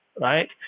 right